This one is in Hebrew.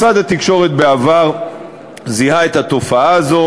משרד התקשורת בעבר זיהה את התופעה הזאת